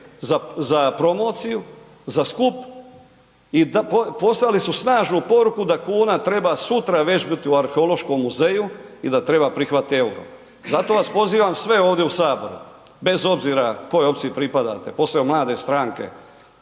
za promociju, za skup i poslali su snažnu poruku da kuna treba sutra već biti u Arheološkom muzeju i da treba prihvatiti euro. Zato vas pozivam sve ovdje u Saboru, bez obzira kojoj opciji pripadate, posebno mlade stranke,